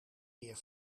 meer